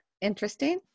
interesting